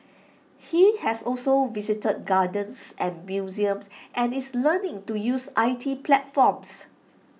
he has also visited gardens and museums and is learning to use I T platforms